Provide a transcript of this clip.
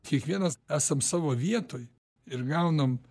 kiekvienas esam savo vietoj ir gaunam